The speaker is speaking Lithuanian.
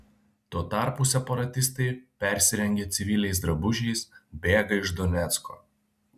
tuo tarpu separatistai persirengę civiliais drabužiais bėga iš donecko